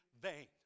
vain